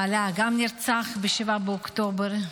גם בעלה נרצח ב-7 באוקטובר.